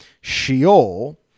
Sheol